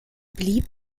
blieb